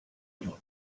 york